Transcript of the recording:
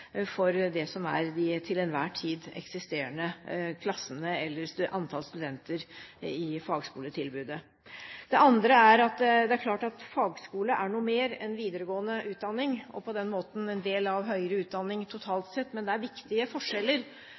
for det som er de til enhver tid eksisterende klassene eller antall studenter i fagskoletilbudet. Det andre er at fagskole er noe mer enn videregående utdanning og på den måten en del av høyere utdanning totalt sett. Men det er viktige forskjeller